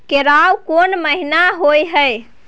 केराव कोन महीना होय हय?